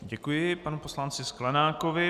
Děkuji panu poslanci Sklenákovi.